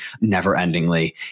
never-endingly